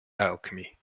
alchemy